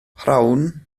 rhawn